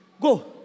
Go